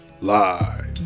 live